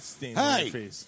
Hey